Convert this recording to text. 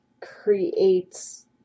creates